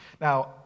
Now